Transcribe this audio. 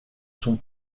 sont